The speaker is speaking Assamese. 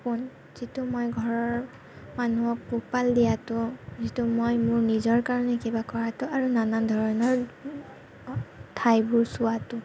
সপোন যিটো মই ঘৰৰ মানুহক পোহপাল দিয়াটো যিটো মই মোৰ নিজৰ কাৰণে কিবা কৰাটো আৰু নানান ধৰণৰ ঠাইবোৰ চোৱাটো